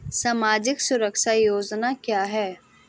सामाजिक सुरक्षा योजना क्या है?